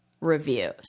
reviews